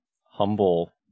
humble